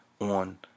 on